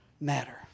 matter